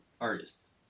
artists